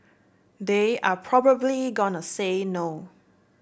they are probably gone a say no